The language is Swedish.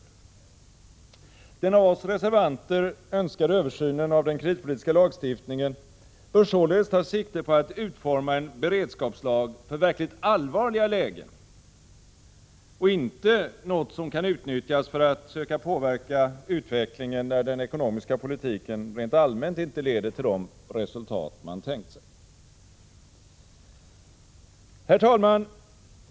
Den av 10 december 1986 oss reservanter önskade översynen av den kreditpolitiska lagstiftningen bör således ta sikte på att utforma en beredskapslag för verkligt allvarliga lägen och inte något som kan utnyttjas för att söka påverka utvecklingen, när den ekonomiska politiken rent allmänt inte leder till de resultat man tänkt sig. Herr talman!